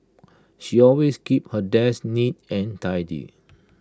she always keeps her desk neat and tidy